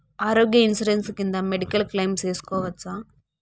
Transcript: ఆరోగ్య ఇన్సూరెన్సు కింద medical claim సేసుకోవచ్చా?